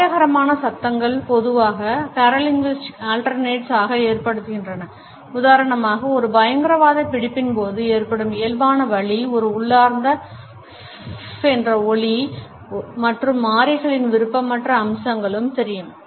அபாயகரமான சத்தங்கள் பொதுவாக paralinguistic alternates ஆக ஏற்படுகின்றன உதாரணமாக ஒரு பயங்கரவாத பிடிப்பின்போது ஏற்படும் இயல்பான வலி ஒரு உள்ளார்ந்த fff என்ற ஒலி மற்றும் மாறிகளின் விருப்பமற்ற அம்சங்களும் தெரியும்